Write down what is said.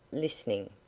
listening.